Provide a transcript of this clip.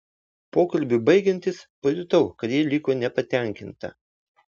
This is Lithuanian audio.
pokalbiui baigiantis pajutau kad ji liko nepatenkinta